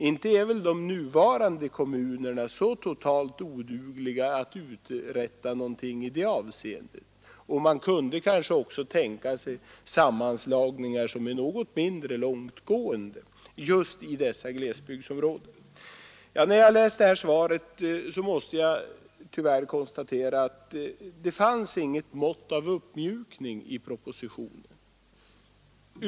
Inte är väl de nuvarande kommunerna så totalt odugliga när det gäller att uträtta någonting i det avseendet. Man kunde kanske också tänka sig sammanslagningar som är något mindre långtgående just i dessa glesbygdsområden. När jag läst svaret, måste jag tyvärr konstatera att det fanns inget mått av uppmjukning i propositionen.